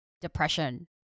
depression